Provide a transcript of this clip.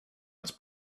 its